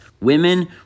women